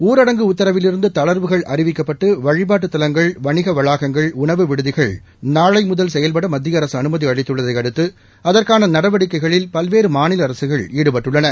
ஊரடங்கு உத்தரவிலிருந்து தளா்வுகள் அறிவிக்கப்பட்டு வழிபாட்டுத் தலங்கள் வணிக வளாகங்கள் உணவு விடுதிகள் நாளை முதல் செயல்டட மத்திய அரசு அனுமதி அளித்துள்ளதை அடுத்து அதற்கான நடவடிக்கைகளில் பல்வேறு மாநில அரசுகள் ஈடுபட்டுள்ளன